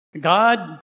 God